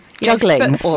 Juggling